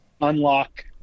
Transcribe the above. unlock